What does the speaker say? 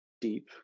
deep